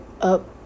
up